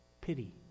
pity